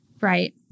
right